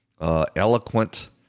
eloquent